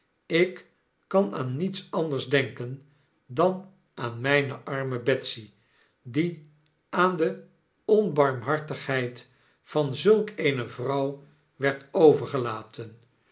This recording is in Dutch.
ik kan aan niets anders denken dan aan myne arme betsy die aan de onbarmhartigheid van zulk eene vrouw werd overgelaten